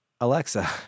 Alexa